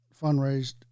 fundraised